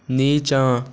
नीचाँ